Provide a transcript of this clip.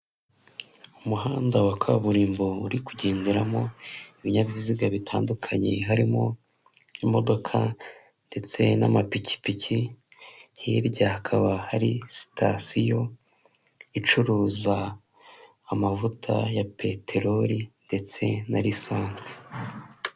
Umuhanda wa kaburimbo uri kugenderamo ibinyabiziga bitandukanye harimo imodoka ndetse n'amapikipiki, hirya hakaba hari sitasiyo icuruza amavuta ya peteroli ndetse na lisansi.